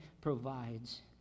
provides